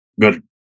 good